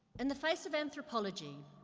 and the face of anthropology,